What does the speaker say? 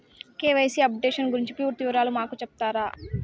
KYC updation గురించి పూర్తి వివరాలు మాకు సెప్తారా?